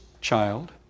child